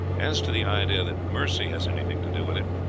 as to the idea that mercy has anything to do with it,